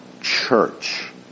church